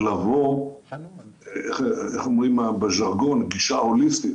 איך אומרים בז'רגון, גישה הוליסטית?